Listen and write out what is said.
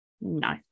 No